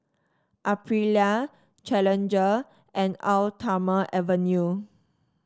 Aprilia Challenger and Eau Thermale Avene